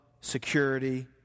security